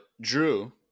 Drew